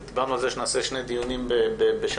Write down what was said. דיברנו על כך שנעשה שני דיונים בשנה,